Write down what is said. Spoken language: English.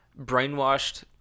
brainwashed